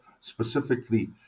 specifically